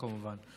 כמובן,